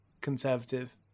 conservative